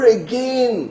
again